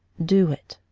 do it.